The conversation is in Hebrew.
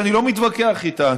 שאני לא מתווכח איתה.